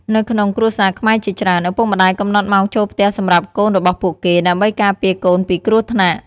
នៅក្នុងគ្រួសារខ្មែរជាច្រើន ឪពុកម្តាយកំណត់ម៉ោងចូលផ្ទះសម្រាប់កូនរបស់ពួកគេ ដើម្បីការពារកូនពីគ្រោះថ្នាក់។